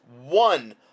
one